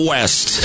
West